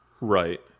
Right